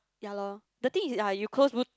ya lor the thing is ah you close